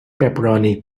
pepperoni